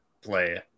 play